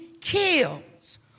kills